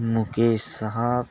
Mukesh Sahib